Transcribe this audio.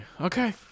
Okay